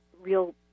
real